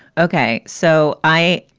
okay, so i.